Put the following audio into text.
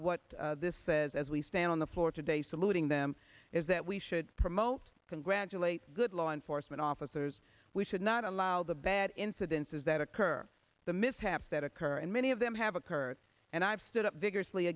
what this says as we stand on the floor today saluting them is that we should promote congratulate good law and for but officers we should not allow the bad incidences that occur the mishaps that occur and many of them have occurred and i've stood up vigorously